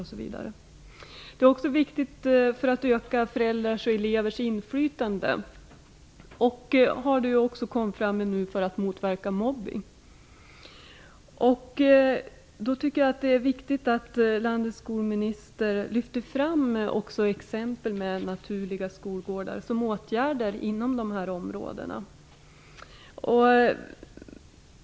Skolgårdarna är också viktiga för att öka föräldrars och elevers inflytande och, vilket har framkommit nu, för att motverka mobbning. Därför tycker jag att det är viktigt att landets skolminister lyfter fram exempel med naturliga skolgårdar som åtgärder inom dessa områden.